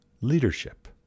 leadership